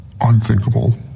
unthinkable